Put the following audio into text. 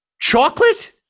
Chocolate